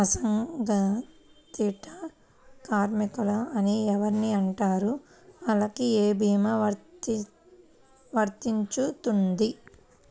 అసంగటిత కార్మికులు అని ఎవరిని అంటారు? వాళ్లకు ఏ భీమా వర్తించుతుంది?